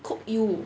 cook you